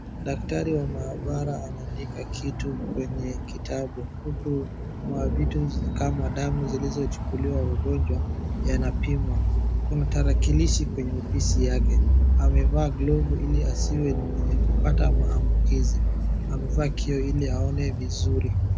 Daktari wa maabara anaandika kitu kwenye kitabu, huku mavitu kama damu zilizochukuliwa wagonjwa, yanapimwa. Kuna tarakilishi kwenye ofisi yake. Amevaa glovu ili asiwe ni mwenye kupata mambukizi, amevaa kioo ili aone vizuri.